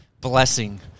blessing